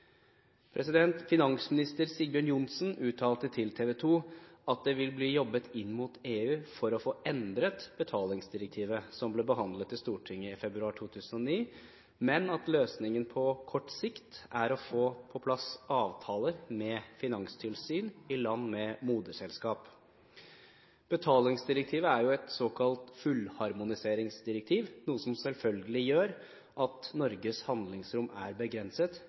Finansminister Sigbjørn Johnsen uttalte til TV 2 at det vil bli jobbet inn mot EU for å få endret betalingsdirektivet, som ble behandlet i Stortinget i februar 2009, men at løsningen på kort sikt er å få på plass avtaler med finanstilsyn i land med moderselskap. Betalingsdirektivet er et såkalt fullharmoniseringsdirektiv, noe som selvfølgelig gjør at Norges handlingsrom er begrenset,